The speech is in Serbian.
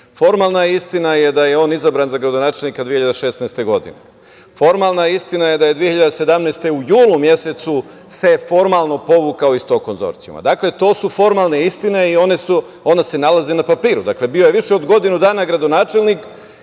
istina je da je on izabran za gradonačelnika 2016. godine. Formalna je istina da se 2017. godine u julu mesecu formalno povukao iz tog konzorcijuma. Dakle, to su formalne istine i one se nalaze na papiru. Dakle, bio je više od godinu dana gradonačelnik